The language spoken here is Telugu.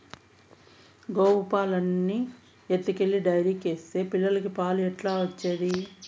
గోవుల పాలన్నీ ఎత్తుకెళ్లి డైరీకేస్తే పిల్లలకి పాలు ఎట్లా వచ్చేది